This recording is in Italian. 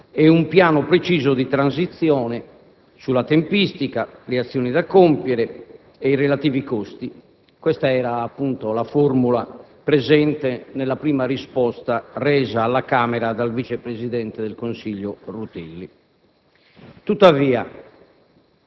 di un piano preciso di transizione sulla tempistica, le azioni da compiere e i relativi costi. Questa era appunto la formula presente nella prima risposta resa alla Camera dal vice presidente del Consiglio Rutelli. Tuttavia,